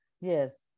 Yes